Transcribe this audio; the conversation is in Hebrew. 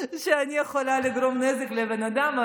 שאני יכולה לגרום נזק לבן אדם.